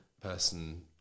person